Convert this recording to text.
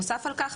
נוסף על כך,